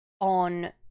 on